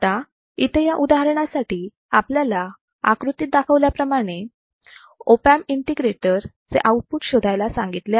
आता इथे या उदाहरणासाठी आपल्याला आकृतीत दाखवलेल्या ऑप अँप इंटिग्रेटर चे आउटपुट शोधायला सांगितलेले आहे